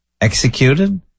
executed